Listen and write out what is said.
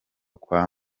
kwa